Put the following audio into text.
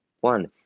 One